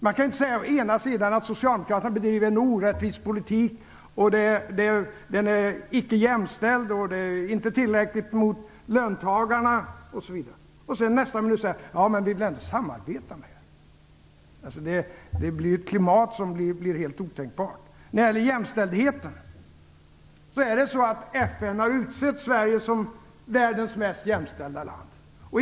Man kan inte ena stunden säga att socialdemokraterna driver en orättvis politik, den är icke jämställd, inte tillräcklig gentemot löntagarna och nästa minut säga: Vi vill ändå samarbeta med er. Det blir ett helt otänkbart klimat. När det gäller jämställdheten har FN utsett Sverige till världens mest jämställda land.